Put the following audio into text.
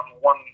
one